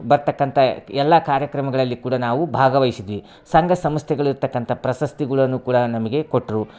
ಬರತಕ್ಕಂಥ ಎಲ್ಲ ಕಾರ್ಯಕ್ರಮಗಳಲ್ಲಿ ಕೂಡ ನಾವು ಭಾಗವಹಿಸಿದ್ವಿ ಸಂಘ ಸಂಸ್ಥೆಗಳ ಇರತಕ್ಕಂಥ ಪ್ರಶಸ್ತಿಗಳನ್ನು ಕೂಡ ನಮಗೆ ಕೊಟ್ಟರು